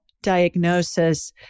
Diagnosis